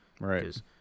Right